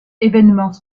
évènements